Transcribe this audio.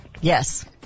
Yes